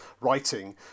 writing